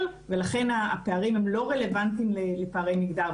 ולכן הפערים הם לא רלוונטיים לפערי מגדר.